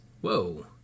Whoa